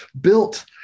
built